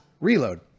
reload